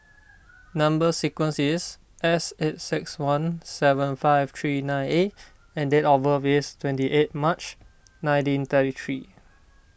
Number Sequence is S eight six one seven five three nine A and date of birth is twenty eight March nineteen thirty three